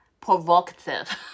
provocative